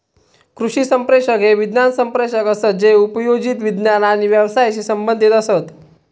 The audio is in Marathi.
कृषी संप्रेषक हे विज्ञान संप्रेषक असत जे उपयोजित विज्ञान आणि व्यवसायाशी संबंधीत असत